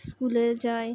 স্কুলে যাই